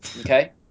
okay